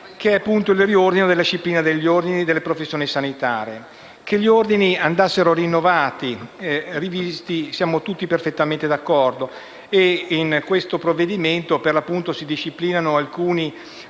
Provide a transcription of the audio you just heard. recante il riordino della disciplina degli Ordini e delle professioni sanitarie. Sul fatto che gli Ordini andassero rinnovati e rivisti siamo tutti perfettamente d'accordo. In questo provvedimento si disciplinano alcuni